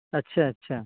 اچھا اچھا